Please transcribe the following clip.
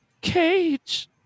cage